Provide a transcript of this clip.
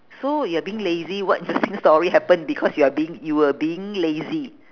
so you're being lazy what interesting story happen because you are being you were being lazy